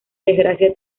desgracia